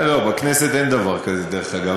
לא, בכנסת אין דבר כזה, דרך אגב.